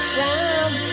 round